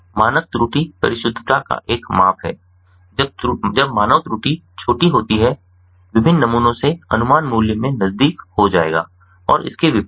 मानक त्रुटि परिशुद्धता का एक माप है जब मानक त्रुटि छोटा होता है विभिन्न नमूनों से अनुमान मूल्य में नज़दीक हो जाएगा और इसके विपरीत भी